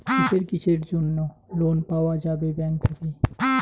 কিসের কিসের জন্যে লোন পাওয়া যাবে ব্যাংক থাকি?